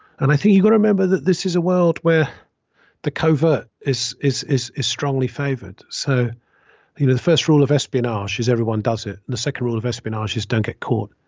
and i think you've got to remember that this is a world where the kovar is is is is strongly favored. so you know the first rule of espionage is everyone does it. the second rule of espionage is don't get caught.